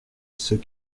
ceux